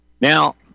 Now